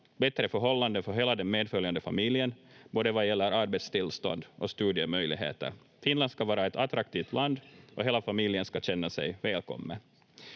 bättre förhållanden för hela den medföljande familjen både vad gäller arbetstillstånd och studiemöjligheter. Finland ska vara ett attraktivt land och hela familjen ska känna sig välkommen.